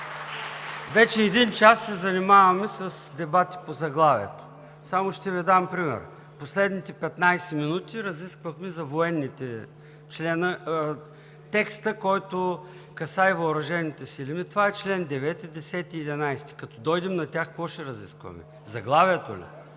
Вече един час се занимаваме с дебати по заглавието. Само ще Ви дам пример. В последните 15 минути разисквахме текста, който касае въоръжените сили. Това са членове 9, 10 и 11. Като дойдем на тях, какво ще разискваме – заглавието ли?